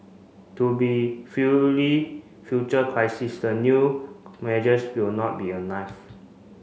to be future crisis the new measures will not be enough